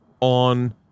on